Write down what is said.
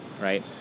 right